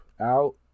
out